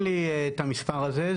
אין לי את המספר הזה,